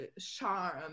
charm